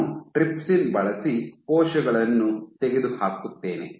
ನಾನು ಟ್ರಿಪ್ಸಿನ್ ಬಳಸಿ ಕೋಶಗಳನ್ನು ತೆಗೆದುಹಾಕುತ್ತೇನೆ